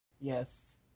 Yes